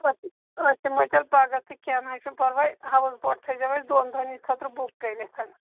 أسۍ یِمو تیٚلہِ پگاہ تہٕ کیٚنہہ نہ حظ چھِنہٕ پرواے ہاوُس بوٹ تھٲیزیو اَسہِ دۄن دۄہَن ہِنٛدۍ خٲطرٕ بُک کٔرِتھ